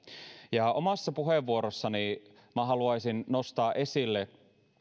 ja omassa puheenvuorossani haluaisin nostaa esille